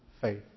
faith